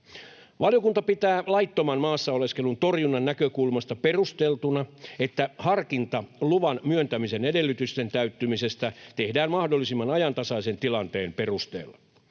Valiokunta pitää laittoman maassa oleskelun torjunnan näkökulmasta perusteltuna, että harkinta luvan myöntämisen edellytysten täyttymisestä tehdään mahdollisimman ajantasaisen tilanteen perusteella.